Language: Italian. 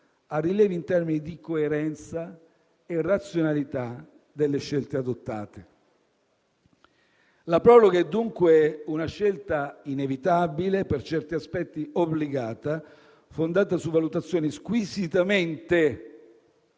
a rilievi in termini di coerenza e razionalità delle scelte adottate. La proroga è dunque una scelta inevitabile, per certi aspetti obbligata, fondata su valutazioni squisitamente,